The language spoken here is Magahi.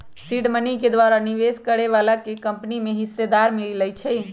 सीड मनी के द्वारा निवेश करए बलाके कंपनी में हिस्सेदारी मिलइ छइ